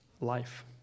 life